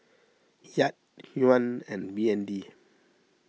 Kyat Yuan and B N D